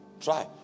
try